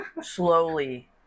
slowly